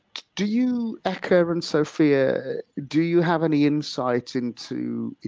do you eka and sophia, do you have any insights into.